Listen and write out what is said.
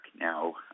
Now